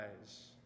eyes